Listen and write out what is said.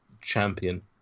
champion